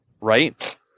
Right